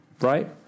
right